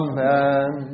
Amen